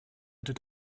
did